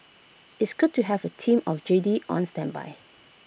it's good to have A team of Jedi on standby